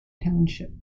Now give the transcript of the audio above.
township